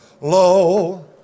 Lo